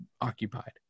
occupied